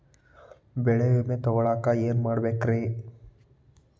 ಬೆಳೆ ವಿಮೆ ತಗೊಳಾಕ ಏನ್ ಮಾಡಬೇಕ್ರೇ?